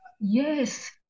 Yes